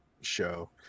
show